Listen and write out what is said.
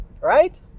Right